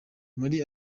muri